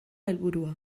helburua